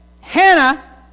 Hannah